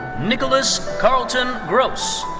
nicolas carlton gross.